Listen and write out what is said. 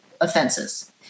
offenses